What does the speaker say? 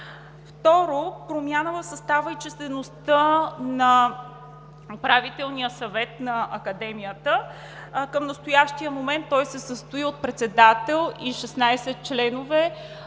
Второ, промяна в състава и числеността на Управителния съвет на Академията. Към настоящия момент той се състои от председател и 16 членове,